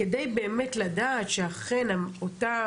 כדי באמת לדעת שאכן אותה